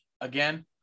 Again